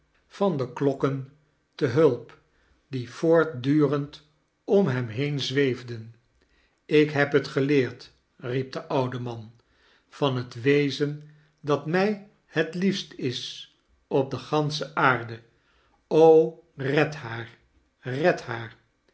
van de klokken te hulp die voortdurend om hem heen zweefden ik heb het geleerd riep de oude man van het wezen dat mij liet lief st is op de gansehe aarde o red haar red haar